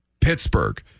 Pittsburgh